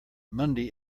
monday